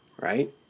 Right